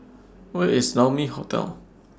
Where IS Naumi Hotel